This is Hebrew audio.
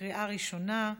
בקריאה ראשונה?